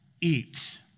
eat